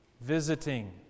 visiting